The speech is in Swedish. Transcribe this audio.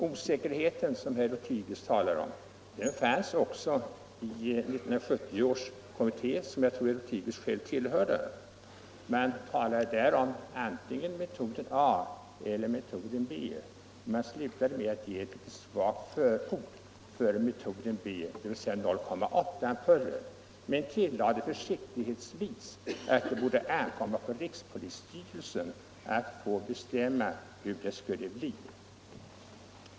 Osäkerheten, som herr Lothigius talade om, var man också medveten om i 1970 års trafiknykterhetskommitté som herr Lothigius själv tillhörde. Man diskuterade i kommitténs betänkande både metoden A eller B och slutade med att ge ett svagt förord för metoden B, dvs. 0,8-promilleampullen. Försiktigtvis tillades att det borde ankomma på rikspolisstyrelsen att få bestämma hur det skulle bli.